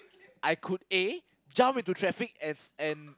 I could A jump into traffic as and